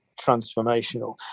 transformational